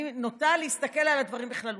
אני נוטה להסתכל על הדברים בכללותם.